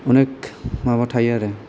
अनेख माबा थायो आरो